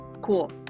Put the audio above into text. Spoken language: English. Cool